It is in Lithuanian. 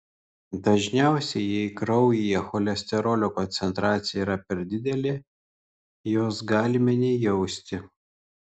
dažniausiai jei kraujyje cholesterolio koncentracija yra per didelė jos galime nejausti